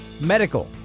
medical